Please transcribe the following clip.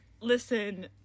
listen